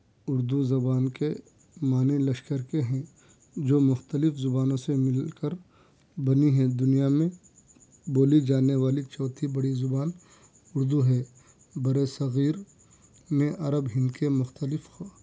اُردو زبان کے معنی لشکر کے ہیں جو مختلف زبانوں سے مل کر بنی ہے دُنیا میں بولی جانے والی چوتھی بڑی زبان اُردو ہے برِ صغیر میں عرب ہند کے مختلف ہا